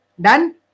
Done